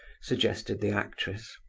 suggested the actress.